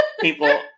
people